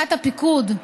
בתגובת הפיקוד,